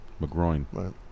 McGroin